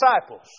disciples